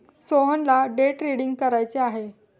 सोहनला day trading करायचे आहे